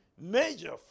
major